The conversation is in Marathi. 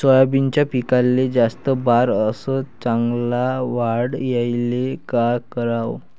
सोयाबीनच्या पिकाले जास्त बार अस चांगल्या वाढ यायले का कराव?